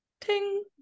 Ting